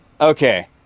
Okay